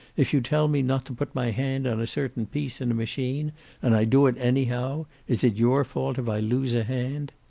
if you tell me not to put my hand on a certain piece in a machine and i do it anyhow, is it your fault if i lose a hand?